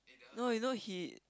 no you know he